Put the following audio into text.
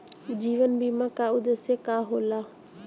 जीवन बीमा का उदेस्य का होला?